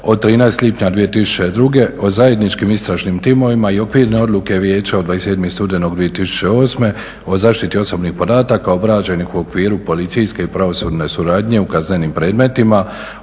od 13. lipnja 2002. o zajedničkim istražnim timovima i Okvirne odluke vijeća od 27. studenog 2008. o zaštiti osobnih podataka obrađenih u okviru policijske i pravosudne suradnje u kaznenim predmetima,